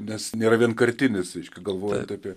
nes nėra vienkartinis reiškia galvojant apie